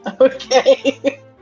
Okay